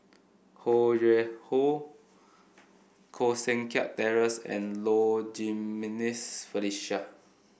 Ho Yuen Hoe Koh Seng Kiat Terence and Low Jimenez Felicia